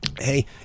hey